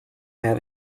have